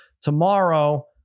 tomorrow